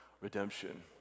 redemption